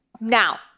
Now